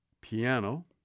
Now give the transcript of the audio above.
piano